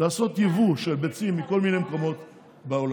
כדי לעשות יבוא של ביצים מכל מיני מקומות בעולם.